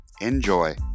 Enjoy